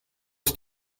ist